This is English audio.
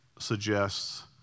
Suggests